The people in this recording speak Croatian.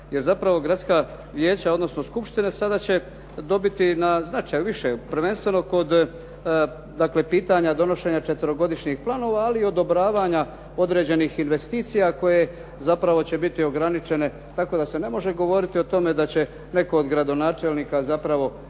Jer zapravo gradska vijeća odnosno skupštine, sada će dobiti na značaju više, prvenstveno kod dakle, pitanja donošenja četverogodišnjih planova ali i odobravanja određenih investicija koje zapravo će biti ograničene. Tako da se ne može govoriti o tome da će netko od gradonačelnika biti